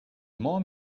more